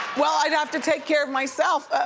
well i'd have to take care of myself.